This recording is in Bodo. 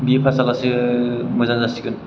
बिए फास जाबासो मोजां जासिगोन